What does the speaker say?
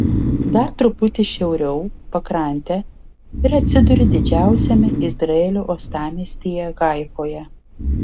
dar truputį šiauriau pakrante ir atsiduri didžiausiame izraelio uostamiestyje haifoje